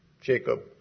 Jacob